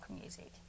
music